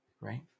Right